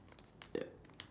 ya